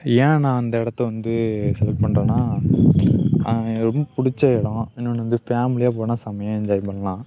என் நான் அந்த இடத்த வந்து செலக்ட் பண்றேன்னா ரொம்ப பிடிச்ச இடம் இன்னொன்று வந்து ஃபேமிலியாக போனால் செம்மையா என்ஜாய் பண்ணலாம்